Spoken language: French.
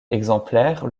exemplaires